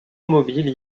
mobile